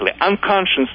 unconsciously